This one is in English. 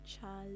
child